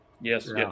Yes